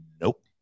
Nope